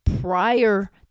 prior